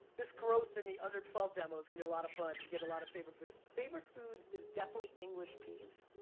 this growth in the under twelve demo is gonna be a lot of fun. you get a lot of favorite food, favorite food is definitely english peas.